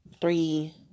three